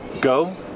go